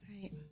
Right